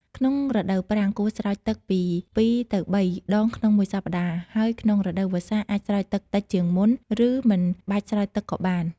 ក្នុងរដូវប្រាំង គួរស្រោចទឹកពី ២ ទៅ ៣ ដងក្នុងមួយសប្តាហ៍ ហើយក្នុងរដូវវស្សា អាចស្រោចទឹកតិចជាងមុន ឬមិនបាច់ស្រោចទឹកក៏បាន។